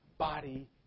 Body